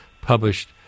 published